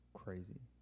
crazy